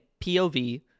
POV